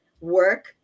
work